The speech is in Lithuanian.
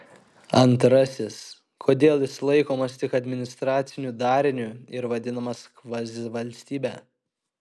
antrasis kodėl jis laikomas tik administraciniu dariniu ir vadinamas kvazivalstybe